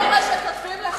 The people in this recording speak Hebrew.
אל תקריא מה שכותבים לכם.